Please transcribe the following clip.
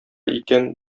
икән